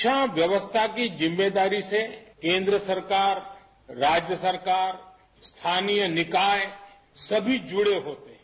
शिक्षा व्यवस्था की जिम्मेदारी से केंद्र सरकार राज्य सरकार स्थानीय निकाय सभी जुड़े होते हैं